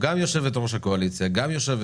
שעבר לוועדה והביע את עמדתו גם שם.